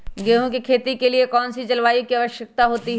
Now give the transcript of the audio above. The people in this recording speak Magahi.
गेंहू की खेती के लिए कौन सी जलवायु की आवश्यकता होती है?